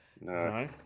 No